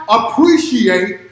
appreciate